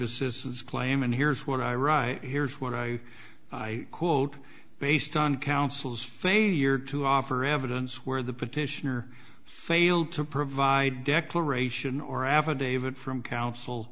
assistance claim and here's what i write here's what i i quote based on counsel's failure to offer evidence where the petitioner failed to provide declaration or affidavit from counsel